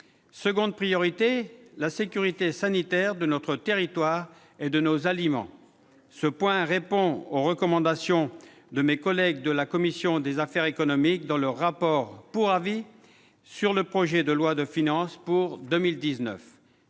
Deuxième priorité : la sécurité sanitaire de notre territoire et de nos aliments. Cette exigence répond aux recommandations émises par mes collègues de la commission des affaires économiques dans leur rapport pour avis sur le projet de loi de finances pour 2019.